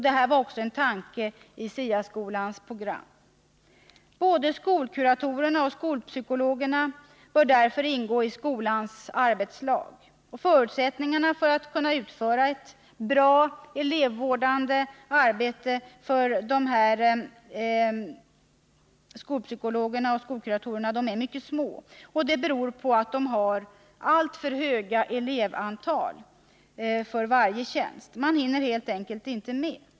Det var också en tanke i SIA-skolans program. Både skolkuratorerna och skolpsykologerna bör därför ingå i skolans arbetslag. Förutsättningarna för att dessa skolkuratorer och skolpsykologer skall kunna utföra ett bra elevvårdande arbete är mycket små. Det beror på det alldeles för höga elevantalet för varje tjänst. Man hinner helt enkelt inte med.